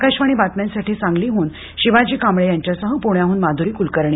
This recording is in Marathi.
आकाशवाणी बातम्यासाठी सांगलीहून शिवाजी कांबळे यांच्यासह पुण्याहून माधुरी कुलकर्णी